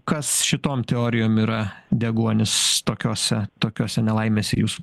kas šitom teorijom yra deguonis tokiose tokiose nelaimėse jūsų